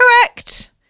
correct